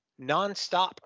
nonstop